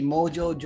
Mojo